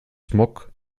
smog